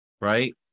right